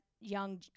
Young